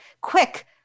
Quick